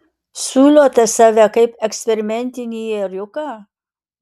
siūlote save kaip eksperimentinį ėriuką